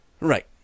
Right